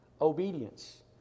obedience